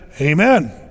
amen